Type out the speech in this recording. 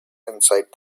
inside